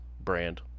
brand